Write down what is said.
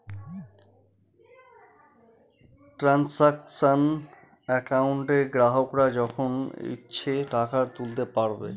transaction একাউন্টে গ্রাহকরা যখন ইচ্ছে টাকা তুলতে পারবে